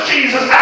Jesus